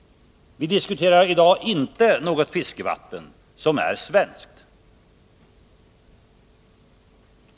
Vi diskuterar i dag inte något fiskevatten som är svenskt.